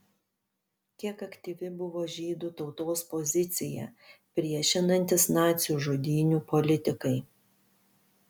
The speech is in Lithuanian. kiek aktyvi buvo žydų tautos pozicija priešinantis nacių žudynių politikai